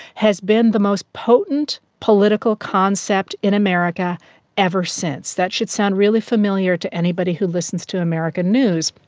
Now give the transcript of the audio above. has been the most potent political concept in america ever since. that should sound really familiar to anybody who listens to american news.